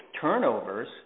turnovers